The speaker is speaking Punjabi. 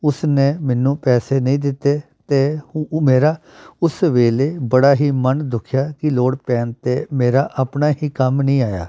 ਉਸ ਨੇ ਮੈਨੂੰ ਪੈਸੇ ਨਹੀਂ ਦਿੱਤੇ ਅਤੇ ਉਹ ਮੇਰਾ ਉਸ ਵੇਲੇ ਬੜਾ ਹੀ ਮਨ ਦੁਖਿਆ ਕਿ ਲੋੜ ਪੈਣ 'ਤੇ ਮੇਰਾ ਆਪਣਾ ਹੀ ਕੰਮ ਨਹੀਂ ਆਇਆ